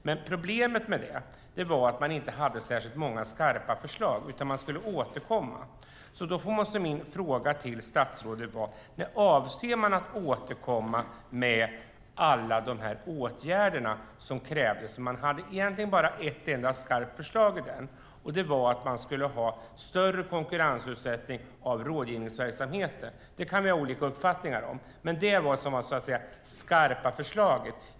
Men problemet var att man inte hade särskilt många skarpa förslag utan skulle återkomma. Då måste min fråga till statsrådet vara: När avser man att återkomma med alla dessa åtgärder som krävdes? Man hade egentligen bara ett enda skarpt förslag: större konkurrensutsättning av rådgivningsverksamheten. Detta kan vi ha olika uppfattningar om. Men det var det skarpa förslaget.